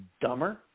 dumber